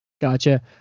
Gotcha